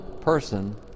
person